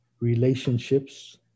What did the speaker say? relationships